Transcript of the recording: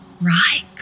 right